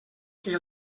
que